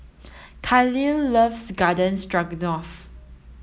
Kahlil loves Garden Stroganoff